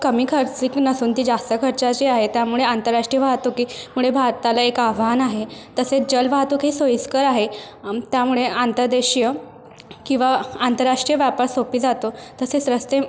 कमी खर्चिक नसून ती जास्त खर्चाची आहे त्यामुळे आंतराष्ट्रीय वाहतुकी मुळे भारताला एक आव्हान आहे तसेच जल वाहतूक ही सोयिस्कर आहे त्यामुळे आंतदेशीय किंवा आंतरराष्ट्रीय व्यापा सोपी जातो तसेच रस्ते